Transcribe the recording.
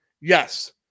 Yes